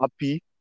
happy